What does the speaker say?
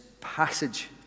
passage